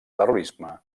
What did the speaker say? terrorisme